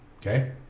Okay